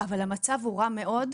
אבל המצב הוא רע מאוד,